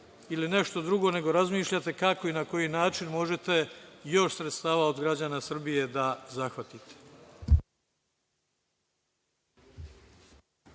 ili nešto drugo, nego razmišljate kako i na koji način možete još sredstava od građana Srbije još da zahvatite.